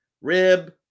rib